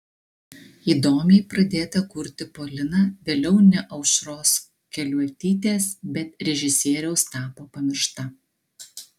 įdomiai pradėta kurti polina vėliau ne aušros keliuotytės bet režisieriaus tapo pamiršta